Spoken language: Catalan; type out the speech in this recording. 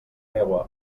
meua